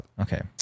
Okay